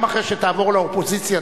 גם אחרי שתעבור לאופוזיציה,